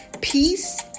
Peace